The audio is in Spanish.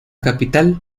capital